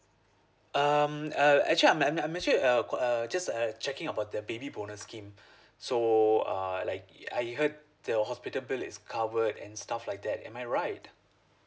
um uh actually I'm I'm actually uh got uh just uh checking about the baby bonus scheme so err like I heard the hospital bill is covered and stuff like that am I right